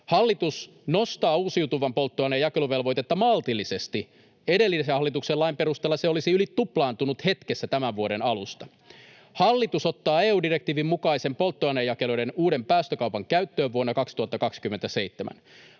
Hallitus nostaa uusiutuvan polttoaineen jakeluvelvoitetta maltillisesti — edellisen hallituksen lain perusteella se olisi yli tuplaantunut hetkessä tämän vuoden alusta. [Mai Kivelä: Te lisäätte päästöjä!] Hallitus ottaa EU-direktiivin mukaisen polttoainejakelijoiden uuden päästökaupan käyttöön vuonna 2027.